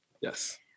yes